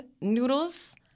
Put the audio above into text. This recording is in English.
noodles